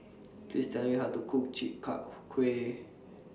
Please Tell Me How to Cook Chi Kak Kuih